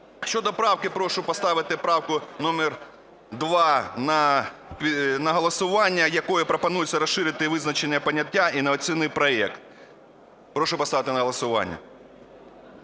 Щодо правки, прошу поставити правку номер 2 на голосування, якою пропонується розширити визначення поняття "інноваційний проект". Прошу поставити на голосування.